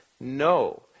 No